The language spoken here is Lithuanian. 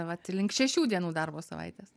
vat link šešių dienų darbo savaitės